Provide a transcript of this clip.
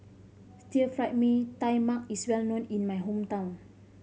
Stir Fry Mee Tai Mak is well known in my hometown